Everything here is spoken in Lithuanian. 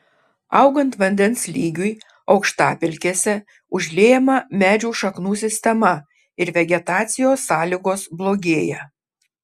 augant vandens lygiui aukštapelkėse užliejama medžių šaknų sistema ir vegetacijos sąlygos blogėja